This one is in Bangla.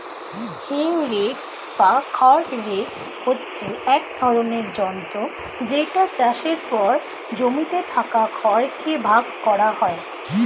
হে রেক বা খড় রেক হচ্ছে এক ধরণের যন্ত্র যেটা চাষের পর জমিতে থাকা খড় কে ভাগ করা হয়